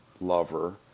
lover